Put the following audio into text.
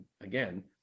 again